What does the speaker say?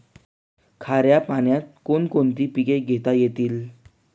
खाऱ्या पाण्यात कोण कोणती पिके घेता येतील?